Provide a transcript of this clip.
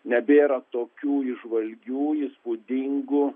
nebėra tokių įžvalgiųjų įspūdingų